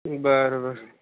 बरं बरं